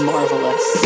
Marvelous